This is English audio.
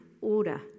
order